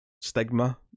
stigma